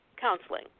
counseling